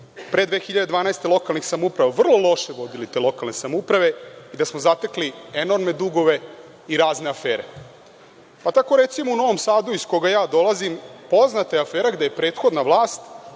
pre 2012. godine vrlo loše vodili te lokalne samouprave i da smo zatekli enormne dugove i razne afere. Pa tako, recimo, u Novom Sadu, iz koga ja dolazim, poznata je afera gde je prethodna vlast